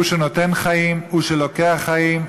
הוא שנותן חיים, הוא שלוקח חיים.